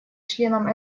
членом